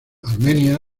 armenia